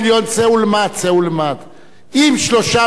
אם 3 מיליארד הוא הצורך והוא מקבל 100 מיליון,